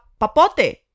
papote